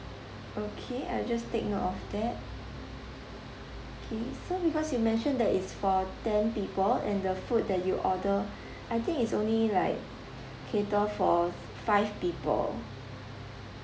okay I'll just take note of that K so because you mentioned that it's for ten people and the food that you order I think it's only like cater for five people